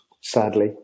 sadly